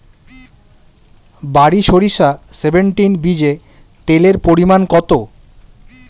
বারি সরিষা সেভেনটিন বীজে তেলের পরিমাণ কত?